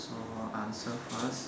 so answer first